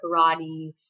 karate